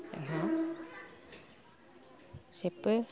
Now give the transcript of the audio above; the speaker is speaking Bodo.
जोंहा जेबो